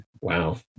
Wow